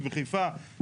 בבקשה,